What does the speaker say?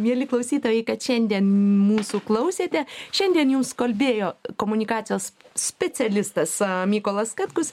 mieli klausytojai kad šiandien mūsų klausėte šiandien jums kalbėjo komunikacijos specialistas mykolas katkus